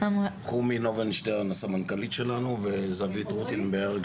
חומי נובנשטרן וזהבית רוטנברג,